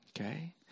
okay